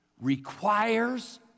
requires